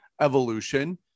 evolution